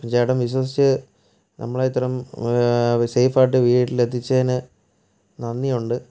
ചേട്ടൻ വിശ്വസിച്ച് നമ്മളെ ഇത്രേം സേഫ് ആയിട്ട് വീട്ടിൽ എത്തിച്ചേന് നന്ദിയുണ്ട്